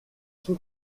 son